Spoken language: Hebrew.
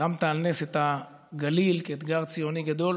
הרמת על נס את הגליל כאתגר ציוני גדול.